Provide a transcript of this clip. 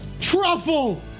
Truffle